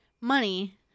money